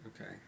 Okay